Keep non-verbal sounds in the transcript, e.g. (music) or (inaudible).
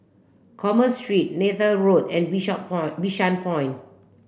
Commerce Street Neythal Road and (unintelligible) Point Bishan Point